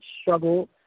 struggle